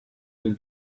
will